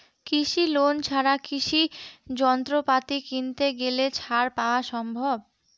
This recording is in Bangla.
কৃষি লোন ছাড়া কৃষি যন্ত্রপাতি কিনতে গেলে ছাড় পাওয়া সম্ভব?